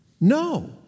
No